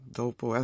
dopo